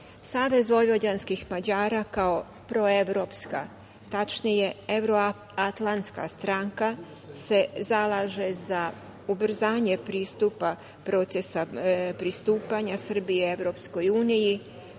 Savez vojvođanskih Mađara kao proevropska, tačnije evro-atlantska stranka se zalaže za ubrzanje pristupa procesa pristupanja Srbije EU, konsolidaciju